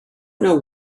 know